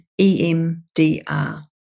EMDR